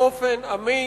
באופן אמיץ,